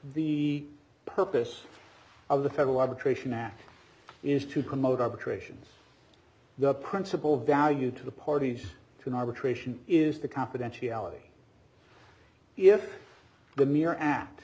the purpose of the federal arbitration act is to promote arbitrations the principle value to the parties to an arbitration is the confidentiality if the mere a